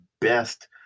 best